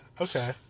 Okay